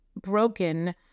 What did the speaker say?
broken